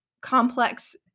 complex